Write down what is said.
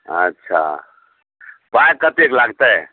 अच्छा पाइ कतेक लागतै